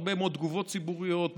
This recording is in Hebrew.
הרבה מאוד תגובות ציבוריות,